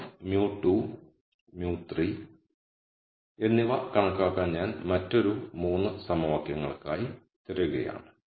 μ1 μ2 μ3 എന്നിവ കണക്കാക്കാൻ ഞാൻ മറ്റൊരു 3 സമവാക്യങ്ങൾക്കായി തിരയുകയാണ്